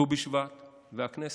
ט"ו בשבט והכנסת?